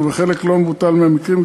ובחלק לא מבוטל מהמקרים,